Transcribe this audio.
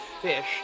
fish